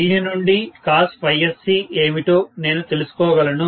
దీని నుండి cossc ఏమిటో నేను తెలుసుకోగలను